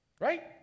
right